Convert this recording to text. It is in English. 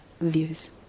views